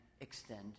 extend